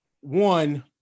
one